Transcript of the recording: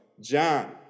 John